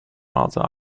other